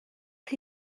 chi